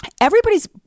everybody's